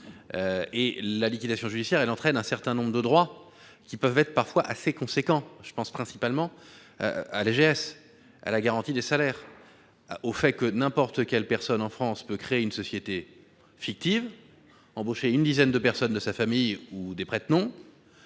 La liquidation judiciaire entraîne un certain nombre de droits qui peuvent être parfois assez importants. Je pense principalement à l'AGS, le régime de garantie des créances des salariés : n'importe quelle personne en France peut créer une société fictive, embaucher une dizaine de personnes de sa famille ou des prête-noms,